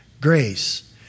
grace